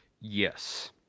Yes